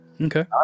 Okay